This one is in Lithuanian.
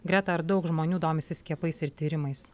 greta ar daug žmonių domisi skiepais ir tyrimais